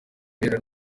bireba